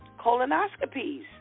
colonoscopies